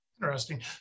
interesting